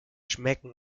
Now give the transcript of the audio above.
schmecken